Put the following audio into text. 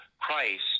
Christ